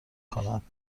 کند